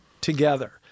together